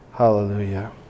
hallelujah